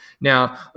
Now